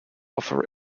offer